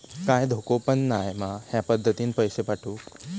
काय धोको पन नाय मा ह्या पद्धतीनं पैसे पाठउक?